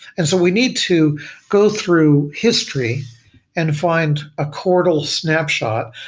and so we need to go through history and find a cortal snapshot,